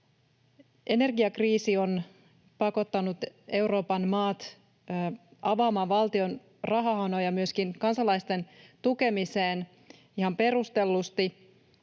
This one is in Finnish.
Energiakriisi on pakottanut Euroopan maat avaamaan valtion rahahanoja myöskin kansalaisten tukemiseen ihan perustellusti.